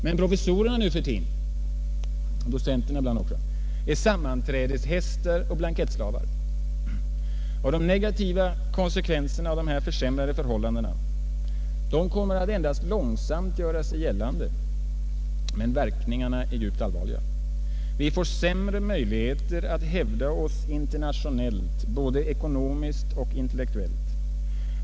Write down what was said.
Men professorerna nu för tiden — och docenterna ibland också — är sammanträdeshästar och blankettslavar. De negativa konsekvenserna av dessa försämrade förhållanden kommer att endast långsamt göra sig gällande men verkningarna är djupt allvarliga. Vi får sämre möjligheter att hävda oss internationellt både ekonomiskt och intellektuellt.